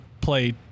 play